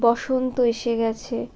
বসন্ত এসে গেছে